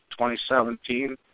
2017